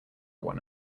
one